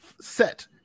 set